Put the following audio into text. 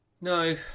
No